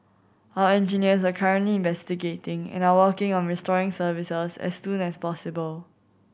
our engineers are currently investigating and are working on restoring services as soon as possible